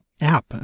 app